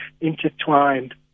intertwined